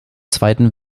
zweiten